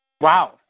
Wow